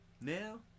Now